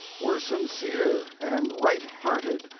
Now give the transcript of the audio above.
were sincere and right-hearted,